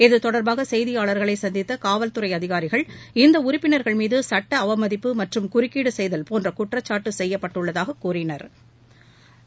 இது தொடர்பாக செய்தியாளர்களை சந்தித்த காவல்துறை அதிகாரிகள் இந்த உறுப்பினர்கள் மீது சுட்ட அவமதிப்பு மற்றும் குறுக்கீடு செய்தல் போன்ற குற்றச்சாட்டு செய்யப்பட்டுள்ளதாக கூறினாா்